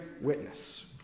witness